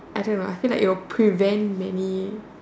I don't know I feel like it'll prevent many